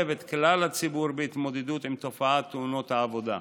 את כלל הציבור בהתמודדות עם תופעת תאונות העבודה.